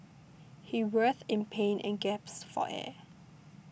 he writhed in pain and gasped for air